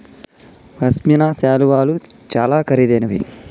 పశ్మిన శాలువాలు చాలా ఖరీదైనవి